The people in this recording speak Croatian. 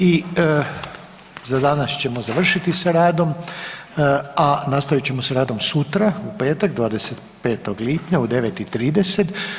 I za danas ćemo završiti sa radom, a nastavit ćemo s radom sutra u petak, 25. lipnja u 9,30.